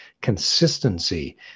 consistency